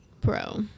Bro